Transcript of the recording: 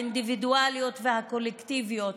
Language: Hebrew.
האינדיבידואליות והקולקטיביות,